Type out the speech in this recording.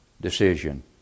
decision